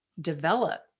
develop